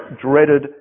dreaded